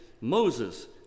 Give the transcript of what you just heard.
Moses